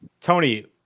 Tony